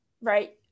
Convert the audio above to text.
right